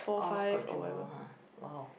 oh it's called Jewel !huh! !wow!